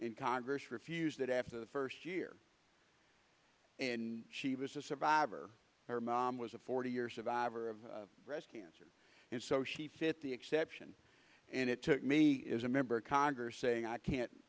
in congress refused that after the first year and she was a survivor her mom was a forty year survivor of breast cancer and so she fit the exception and it took me is a member of congress saying i can't